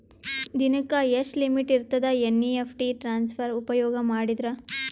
ದಿನಕ್ಕ ಎಷ್ಟ ಲಿಮಿಟ್ ಇರತದ ಎನ್.ಇ.ಎಫ್.ಟಿ ಟ್ರಾನ್ಸಫರ್ ಉಪಯೋಗ ಮಾಡಿದರ?